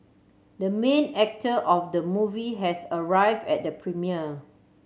the main actor of the movie has arrive at premiere